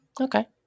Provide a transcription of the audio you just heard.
Okay